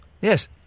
Yes